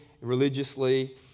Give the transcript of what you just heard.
religiously